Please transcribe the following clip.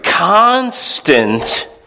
constant